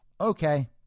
Okay